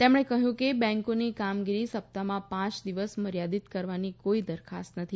તેમણે કહ્યું કે બેંકોની કામગીરી સપ્તાહમાં પાંચ દિવસ મર્યાદિત કરવાની કોઈ દરખાસ્ત નથી